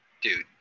dude